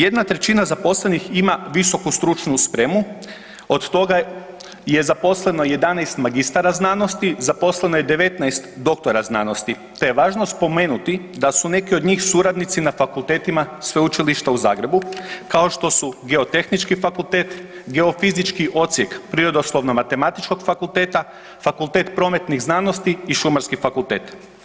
Jedna trećina zaposlenih ima visoku stručnu spremu, od toga je zaposleno 11 magistara znanosti, zaposleno je 19 doktora znanosti te je važno spomenuti da su neki od njih suradnici na fakultetima Sveučilišta u Zagrebu, kao što su Geotehnički fakultet, geofizički odsjek Prirodoslovno-matematičkog fakulteta, Fakultet prometnih znanosti i Šumarski fakultet.